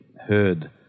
heard